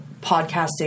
podcasting